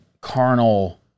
carnal